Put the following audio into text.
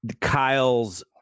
Kyle's